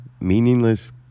meaningless